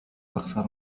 أكثر